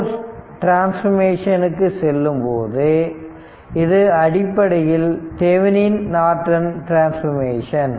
source டிரான்ஸ்பர்மேஷன்க்கு செல்லும்போது இது அடிப்படையில் தெவனின் நார்டன் டிரான்ஸ்பர்மேஷன்